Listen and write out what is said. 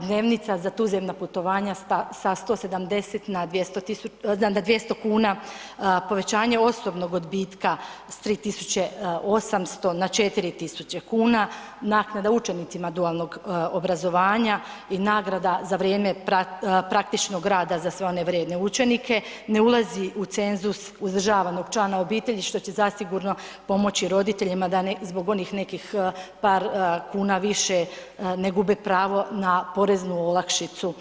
dnevnica za tuzemna putovanja sa 170 na 200 kuna, povećanje osobnog odbitka s 3.800 na 4.000 kuna, naknada učenicima dualnog obrazovanja i nagrada za vrijeme praktičnog rada za sve one vrijedne učenike ne ulazi u cenzus uzdržavanog člana obitelji što će zasigurno pomoći roditeljima da zbog onih nekih par kuna više ne gube pravo na poreznu olakšicu.